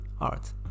art